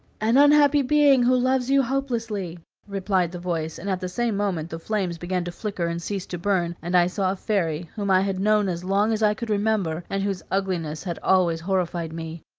an unhappy being who loves you hopelessly replied the voice, and at the same moment the flames began to flicker and cease to burn, and i saw a fairy, whom i had known as long as i could remember, and whose ugliness had always horrified me.